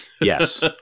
Yes